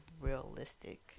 realistic